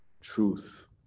truth